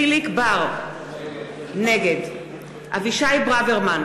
יחיאל חיליק בר, נגד אבישי ברוורמן,